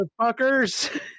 motherfuckers